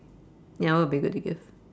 ya what would be good to give